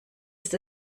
ist